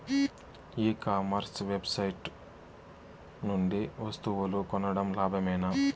ఈ commerce website నుండి వస్తువులు కొనడం లాభమేనా?